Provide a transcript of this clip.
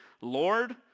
Lord